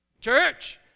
Church